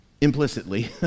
implicitly